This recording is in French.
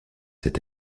cet